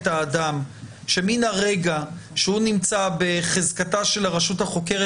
האדם שמרגע שהוא נמצא בחזקתה של הרשות החוקרת,